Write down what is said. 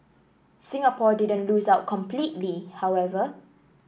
Singapore didn't lose out completely however